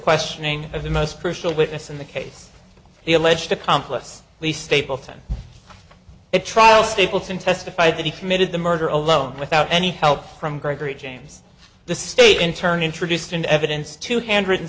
questioning of the most crucial witness in the case the alleged accomplice least stapleton at trial stapleton testified that he committed the murder alone without any help from gregory james the state in turn introduced into evidence two handwritten